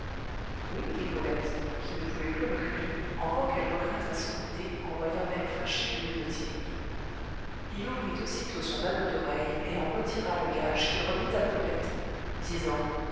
oui dit brulette qui ne pouvait plus reculer encore qu'elle regrettât son idée en voyant l'air fâché du muletier il ouvrit aussitôt son anneau d'oreille et en retira le gage qu'il remit à brulette